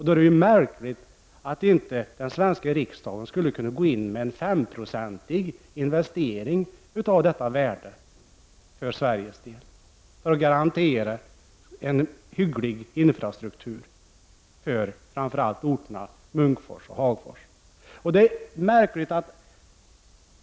Då är det ju märkligt att inte den svenska riksdagen för Sveriges del skulle kunna gå in med en investering på 5 20 av detta värde för att garantera en hygglig infrastruktur för framför allt orterna Munkfors och Hagfors.